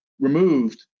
removed